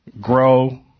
grow